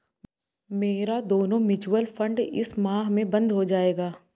मेरा दोनों mutual fund इस माह में बंद हो जायेगा